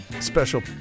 special